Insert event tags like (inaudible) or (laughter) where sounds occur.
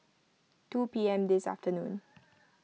two P M this (noise) afternoon